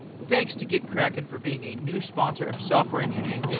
thanks to gitkraken for being a new sponsor of software engineering